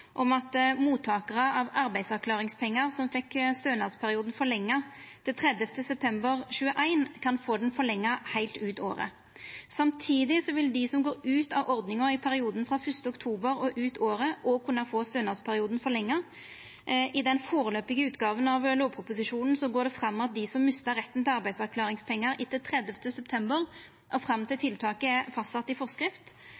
om at mottakarar av arbeidsavklaringspengar, som fekk stønadsperioden forlengd til 30. september 2021, kan få han forlengd heilt ut året. Samtidig vil dei som går ut av ordninga i perioden frå 1. oktober og ut året, òg kunna få stønadsperioden forlengd. I den foreløpige utgåva av lovproposisjonen går det fram at dei som mistar retten til arbeidsavklaringspengar etter 30. september og fram til